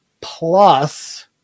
Plus